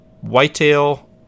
Whitetail